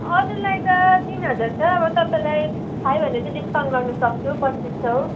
अरूलाई त तिन हजार छ अब तपाईँलाई फाइभ हन्ड्रेड चाहिँ डिसकाउन्ट गर्नुसक्छु पच्चिस सौ